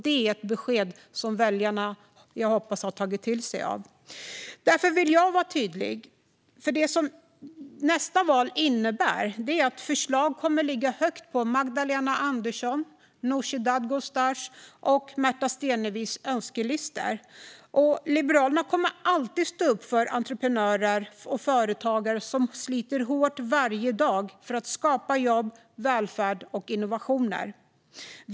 Det är ett besked som jag hoppas att väljarna har tagit till sig. Jag vill vara tydlig. Det som nästa val innebär är att förslag kommer att ligga högt på Magdalena Anderssons, Nooshi Dadgostars och Märta Stenevis önskelistor. Liberalerna kommer alltid att stå upp för entreprenörer och företagare som sliter hårt varje dag för att skapa jobb, välfärd och innovationer.